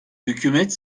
hükümet